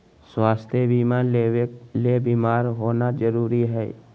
स्वास्थ्य बीमा लेबे ले बीमार होना जरूरी हय?